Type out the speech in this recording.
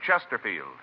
Chesterfield